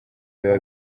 biba